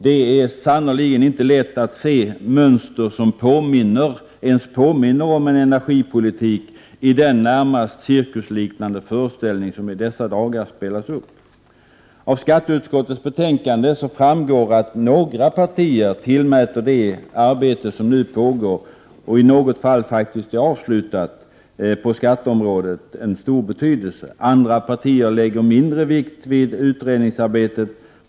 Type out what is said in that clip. Det är sannerligen inte lätt att se mönster som ens påminner om en energipolitik i denna närmast cirkusliknande föreställning som i dessa dagar spelas upp. Av skatteutskottets betänkande framgår att några partier tillmäter det arbete som nu pågår, och i något fall faktiskt är avslutat, på skatteområdet stor betydelse. Andra partier lägger mindre vikt vid utredningsarbetet.